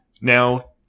Now